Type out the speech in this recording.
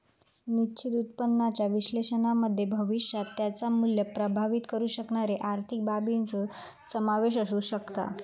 निश्चित उत्पन्नाच्या विश्लेषणामध्ये भविष्यात त्याचा मुल्य प्रभावीत करु शकणारे आर्थिक बाबींचो समावेश असु शकता